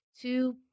two